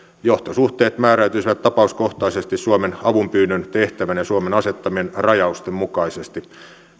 johtosuhteet määräytyisivät tapauskohtaisesti suomen avunpyynnön tehtävän ja suomen asettamien rajausten mukaisesti